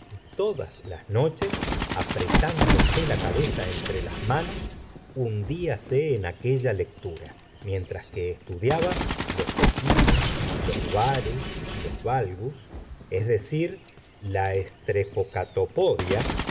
todas las noches apretándose la cabeza entre las manos hundí ase en aquella lectura mientras que estudiaba los equinos los varus y los valgus es decir la